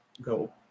go